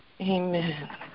Amen